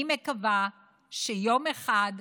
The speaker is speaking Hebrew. אני מקווה שיום אחד,